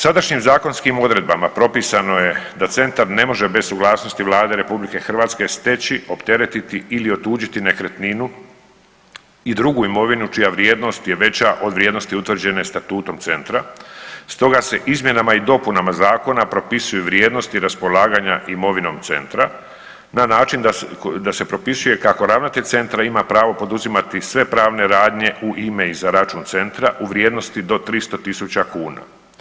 Sadašnjim zakonskim odredbama propisano je da centar ne može bez suglasnosti Vlade RH steći, opteretiti ili otuđiti nekretninu i drugu imovinu čija vrijednost je veća od vrijednosti utvrđene statutom centra stoga se izmjenama i dopunama zakona propisuju vrijednosti raspolaganja imovinom centra na način da se propisuje kako ravnatelj centra ima pravo poduzimati sve pravne radnje u ime i za račun centra u vrijednosti do 300.000 kuna.